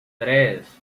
tres